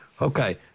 Okay